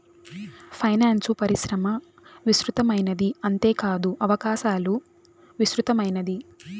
finance పరిశ్రమ విస్తృతమైనది అంతేకాదు అవకాశాలు విస్తృతమైనది